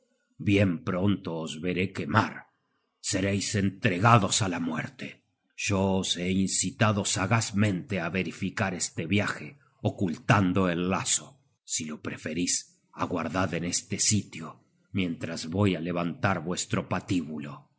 bien pronto os veré quemar sereis entregados á la muerte yo os he incitado sagazmente á verificar este viaje ocultando el lazo si lo preferís aguardad en este sitio mientras voy á levantar vuestro patíbulo